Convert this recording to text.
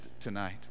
tonight